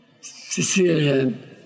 Sicilian